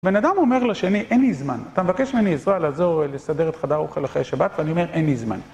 בן אדם אומר לשני: אין לי זמן. אתה מבקש ממני עזרה, לעזור לסדר את חדר אוכל אחרי השבת, ואני אומר: אין לי זמן.